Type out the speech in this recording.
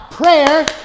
Prayer